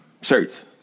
shirts